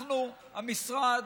אנחנו, המשרד,